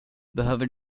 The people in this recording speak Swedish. behöver